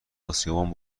آسیابان